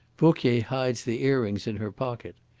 vauquier hides the earrings in her pocket.